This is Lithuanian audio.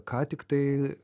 ką tiktai